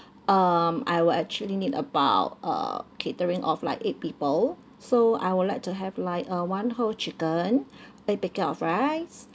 um I will actually need about uh catering of like eight people so I would like to have like uh one whole chicken eight packet of rice